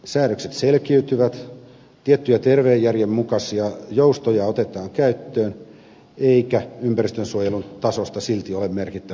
säädökset selkiytyvät tiettyjä terveen järjen mukaisia joustoja otetaan käyttöön eikä ympäristönsuojelun tasosta silti ole merkittävällä tavalla tingitty